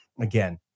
again